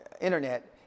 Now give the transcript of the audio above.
internet